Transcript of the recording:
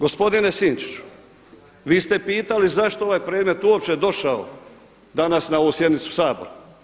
Gospodine Sinčiću, vi ste pitali zašto je ovaj predmet uopće došao danas na ovu sjednicu Sabora.